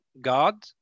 God